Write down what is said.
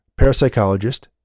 parapsychologist